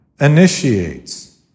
initiates